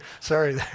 sorry